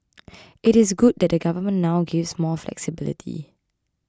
it is good that the government now gives more flexibility